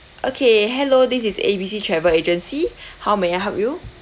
okay hello this is A B C travel agency how may I help you